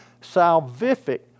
salvific